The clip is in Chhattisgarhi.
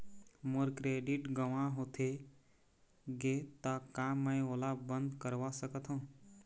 मोर क्रेडिट गंवा होथे गे ता का मैं ओला बंद करवा सकथों?